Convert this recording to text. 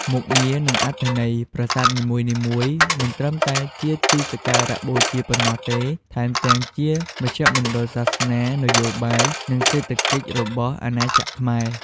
មុខងារ និងអត្ថន័យ ប្រាសាទនីមួយៗមិនត្រឹមតែជាទីសក្ការៈបូជាប៉ុណ្ណោះទេ ថែមទាំងជាមជ្ឈមណ្ឌលសាសនា នយោបាយ និងសេដ្ឋកិច្ចរបស់អាណាចក្រខ្មែរ។